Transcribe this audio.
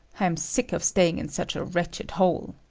i am sick of staying in such a wretched hole.